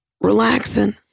relaxing